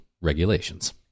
regulations